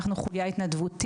אנחנו חולייה התנדבות.